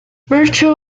virtual